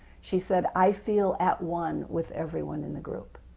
she said, i feel at one with everyone in the group.